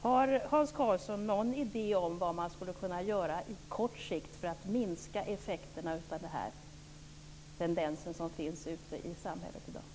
Har Hans Karlsson någon idé om vad man skulle kunna göra på kort sikt för att minska effekterna av den tendens som finns ute i samhället i dag?